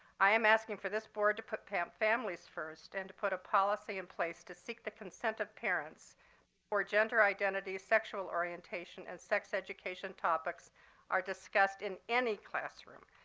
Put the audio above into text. i am asking for this board to put put um families first and to put a policy in place to seek the consent of parents before gender identity, sexual orientation, and sex education topics are discussed in any classroom,